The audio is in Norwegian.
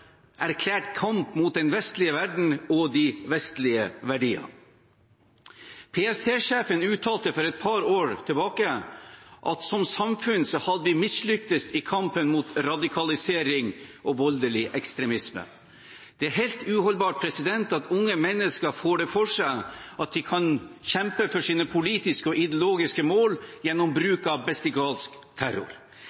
erklært kamp mot den vestlige verden og de vestlige verdier. PST-sjefen uttalte for et par år siden at som samfunn har vi mislyktes i kampen mot radikalisering og voldelig ekstremisme. Det er helt uholdbart at unge mennesker får det for seg at de kan kjempe for sine politiske og ideologiske mål gjennom